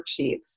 worksheets